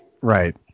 Right